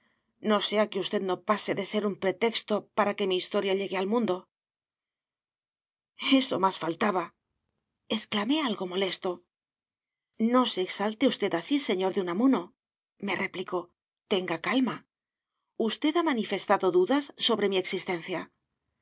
no sea que usted no pase de ser un pretexto para que mi historia llegue al mundo eso más faltaba exclamé algo molesto no se exalte usted así señor de unamunome replicó tenga calma usted ha manifestado dudas sobre mi existencia